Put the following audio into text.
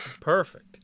Perfect